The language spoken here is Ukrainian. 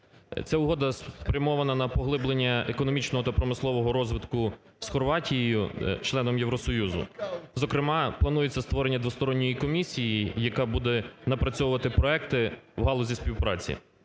Ця угода спрямована на поглиблення економічного та промислового розвитку з Хорватією, членом Євросоюзу, зокрема планується створення двосторонньої комісії, яка буде напрацьовувати проекти в галузі співпраці.